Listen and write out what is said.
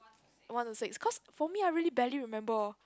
one or six cause for me I really barely remember